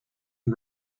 and